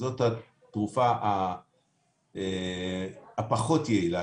זאת התרופה הפחות יעילה.